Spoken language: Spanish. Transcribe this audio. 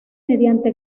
mediante